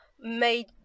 made